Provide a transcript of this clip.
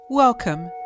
Welcome